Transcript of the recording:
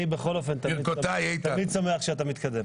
אני בכל אופן תמיד שמח שאתה מתקדם.